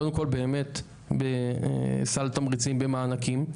קודם כל באמת בסל תמריצים במענקים,